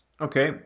Okay